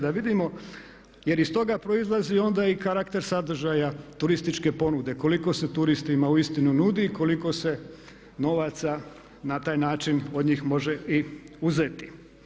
Da vidimo jer iz toga proizlazi onda i karakter sadržaja turističke ponude, koliko se turistima uistinu nudi i koliko se novaca na taj način od njih može i uzeti.